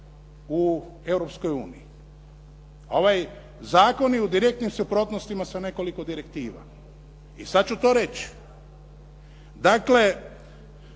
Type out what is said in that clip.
A ovaj zakon je u direktnim suprotnostima sa nekoliko direktiva. I sad ću to reći. Dakle,